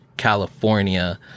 California